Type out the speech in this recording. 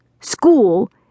School